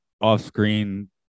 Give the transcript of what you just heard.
off-screen